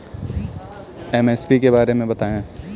MSP के बारे में बतायें?